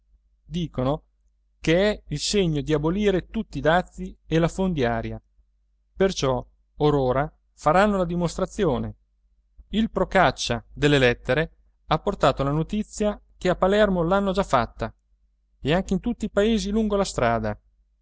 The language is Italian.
campanile dicono ch'è il segno di abolire tutti i dazi e la fondiaria perciò or ora faranno la dimostrazione il procaccia delle lettere ha portato la notizia che a palermo l'hanno già fatta e anche in tutti i paesi lungo la strada